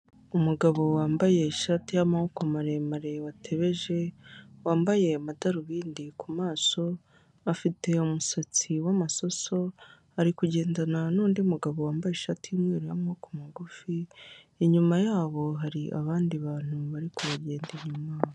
Umugabo wambaye ishati y'amaboko maremare, watebeje, wambaye amadarubindi ku maso, afite umusatsi w'amasoso, ari kugendana n'undi mugabo wambaye ishati y'umweru, y'amaboko magufi, inyuma yabo hari abandi bantu bari kubagenda inyuma.